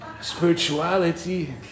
Spirituality